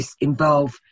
involve